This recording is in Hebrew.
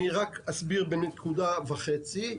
אני רק אסביר בנקודה וחצי.